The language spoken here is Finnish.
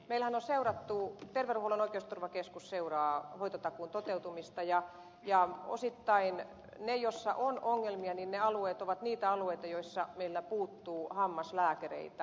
meillähän on seurattu terveydenhuollon oikeusturvakeskus seuraa hoitotakuun toteutumista ja osittain ne alueet joilla on ongelmia ovat niitä alueita joilla meillä puuttuu hammaslääkäreitä